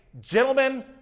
gentlemen